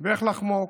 ואיך לחמוק.